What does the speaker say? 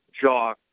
jaw